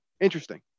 interesting